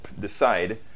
decide